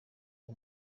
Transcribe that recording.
uwo